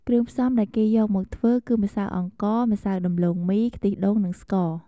គ្រឿងផ្សំដែលគេយកមកធ្វើគឺម្សៅអង្ករ ម្សៅដំឡូងមី ខ្ទិះដូង និងស្ករ។